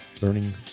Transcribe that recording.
learning